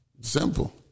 Simple